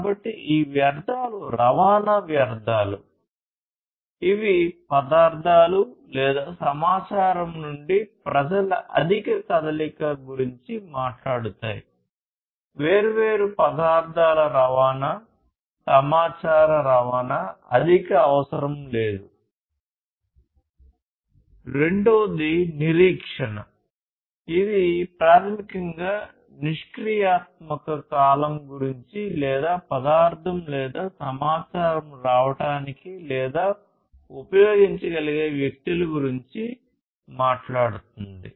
కాబట్టి ఈ వ్యర్ధాలు రవాణా వ్యర్థాలు కాలం గురించి లేదా పదార్థం లేదా సమాచారం రావడానికి లేదా ఉపయోగించగలిగే వ్యక్తుల గురించి మాట్లాడుతుంది